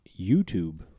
YouTube